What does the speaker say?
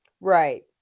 Right